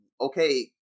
Okay